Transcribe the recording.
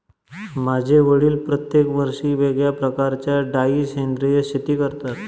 माझे वडील प्रत्येक वर्षी वेगळ्या प्रकारच्या डाळी सेंद्रिय शेती करतात